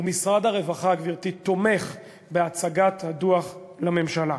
ומשרד הרווחה, גברתי, תומך בהצגת הדוח לממשלה.